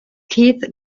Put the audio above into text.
keith